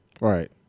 Right